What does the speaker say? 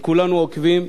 וכולנו עוקבים